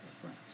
friends